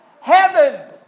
heaven